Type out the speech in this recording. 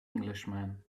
englishman